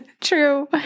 true